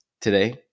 today